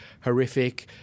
horrific